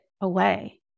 away